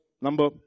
number